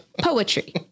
Poetry